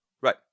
Right